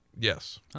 Yes